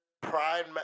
Pride